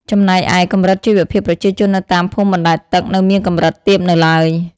ចំណែកឯ កម្រិតជីវភាពប្រជាជននៅតាមភូមិបណ្ដែតទឹក នៅមានកម្រិតទាបនៅឡើយ។